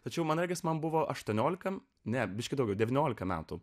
tačiau man regis man buvo aštuoniolika ne biškį daugiau devyniolika metų